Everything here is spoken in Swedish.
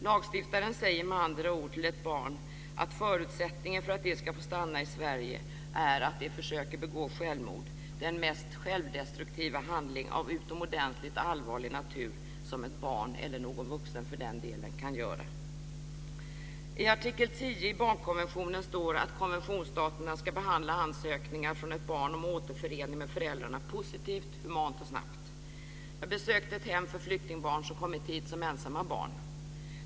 Lagstiftaren säger med andra ord till ett barn att förutsättningen för att det ska få stanna i Sverige är att det försöker begå självmord - den mest självdestruktiva handling av utomordentligt allvarlig natur som ett barn, eller för den delen en vuxen, kan göra. I artikel 10 i barnkonventionen står att konventionsstaterna ska behandla ansökningar från ett barn om återförening med föräldrarna positivt, humant och snabbt. Jag besökte ett hem för flyktingbarn som kommit hit som ensamma barn.